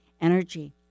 energy